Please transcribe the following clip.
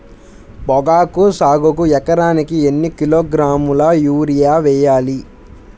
పొగాకు సాగుకు ఎకరానికి ఎన్ని కిలోగ్రాముల యూరియా వేయాలి?